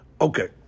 Okay